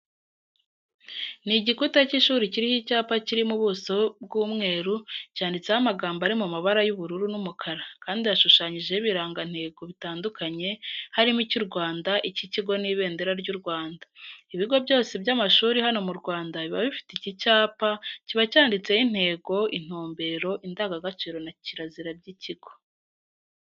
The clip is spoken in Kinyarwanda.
Ni igikuta cy'ishuri kiriho icyapa kiri mu buso bw'umweru, cyanditseho amagambo ari mu mabara y'ubururu n'umukara kandi hashushanyijeho ibirangantego bitandukanye, harimo icy'u Rwanda, icy'ikigo n'ibendera ry'u Rwanda. Ibigo byose by'amashuri hano mu Rwanda biba bifite iki cyapa, kiba cyanditseho intego, intumbero, indangagaciro na kirazira by'ikigo.